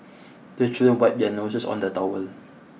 the children wipe their noses on the towel